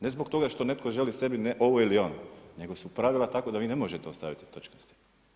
Ne zbog toga što netko želi sebi ovo ili ono nego su pravila takva da vi ne možete ostaviti točkaste.